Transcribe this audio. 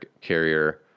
carrier